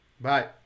Bye